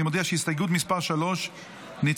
אני מודיע שהסתייגות מס' 3 נדחתה.